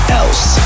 else